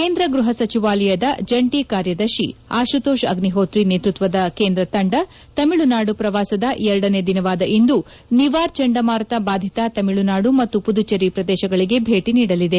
ಕೇಂದ್ರ ಗ್ಬಹ ಸಚಿವಾಲಯದ ಜಂಟಿ ಕಾರ್ಯದರ್ಶಿ ಅಶುತೋಶ್ ಅಗ್ನಿಹೋತಿ ನೇತ್ಪತ್ತದ ಕೇಂದ್ರ ತಂದ ತಮಿಳುನಾದು ಪ್ರವಾಸದ ಎರಡನೇ ದಿನವಾದ ಇಂದು ನಿವಾರ್ ಚಂಡಮಾರುತ ಬಾಧಿತ ತಮಿಳುನಾದು ಮತ್ತು ಪುದುಚೇರಿ ಪ್ರದೇಶಗಳಿಗೆ ಭೇಟಿ ನೀಡಲಿದೆ